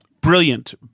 brilliant